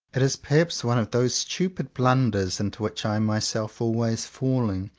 it is perhaps one of those stupid blunders into which i am myself always falling,